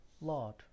Lord